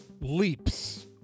leaps